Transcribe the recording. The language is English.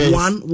one